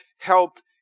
helped